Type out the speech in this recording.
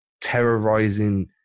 terrorizing